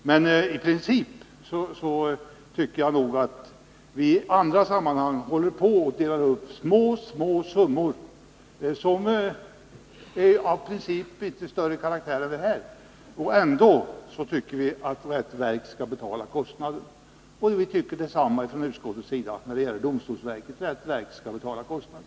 IT andra sammanhang håller vi på och delar på småsummor som inte är av principiellt annorlunda karaktär — då tycker vi att rätt verk skall betala kostnaden. Och vi tycker från utskottets sida detsamma när det gäller domstolsverket — rätt verk skall betala kostnaden.